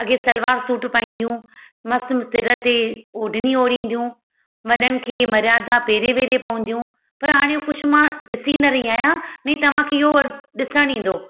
अॻे सलवार सूट पाईंदियूं मस्त म सिर ते ओढनी ओढ़िदियूं वॾनि खे मर्यादा पेरे ॿेरे पवंदियूं पर हाणे कुझु मां ॾिसी न रही आहियां भई तव्हांखे इहो ॾिसणु ईंदो